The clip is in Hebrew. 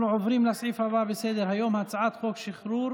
אנחנו עוברים לסעיף הבא בסדר-היום: הצעת חוק שחרור